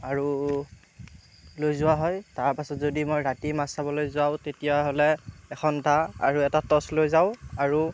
আৰু লৈ যোৱা হয় তাৰপাছত যদি মই ৰাতি মাছ চাবলৈ যাওঁ তেতিয়াহ'লে এখন দা আৰু এটা টচ লৈ যাওঁ আৰু